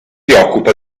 occupa